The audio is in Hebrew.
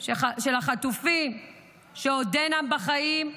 של החטופים שעודם בחיים,